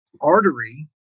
artery